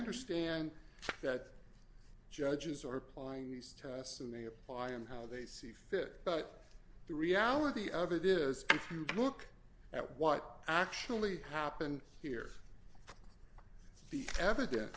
understand that judges are applying these tests and they apply and how they see fit but the reality of it is if you look at what actually happened here the evidence